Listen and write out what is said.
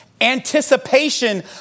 Anticipation